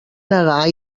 negar